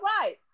right